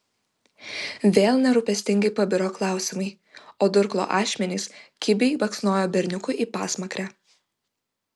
vėl nerūpestingai pabiro klausimai o durklo ašmenys kibiai baksnojo berniukui į pasmakrę